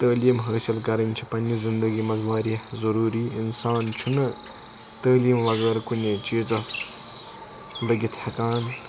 تعلیٖم حٲصل کَرٕنۍ چھِ پَننہِ زِندگی مَنٛز واریاہ ضروٗری اِنسان چھُنہٕ تعلیٖم وَغٲر کُنے چیٖزَس لٔگِتھ ہیٚکان